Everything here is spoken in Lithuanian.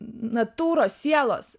natūros sielos